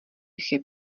chyb